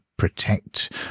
protect